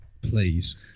Please